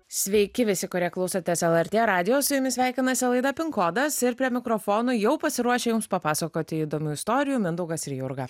sveiki visi kurie klausotės lrt radijo su jumis sveikinasi laida pin kodas ir prie mikrofonų jau pasiruošę jums papasakoti įdomių istorijų mindaugas ir jurga